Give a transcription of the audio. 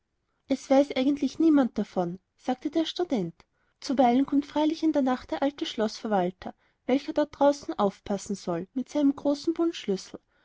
es weiß eigentlich niemand davon sagte der student zuweilen kommt freilich in der nacht der alte schloßverwalter welcher dort draußen aufpassen soll mit seinem großen